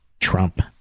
Trump